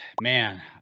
man